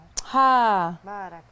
Ha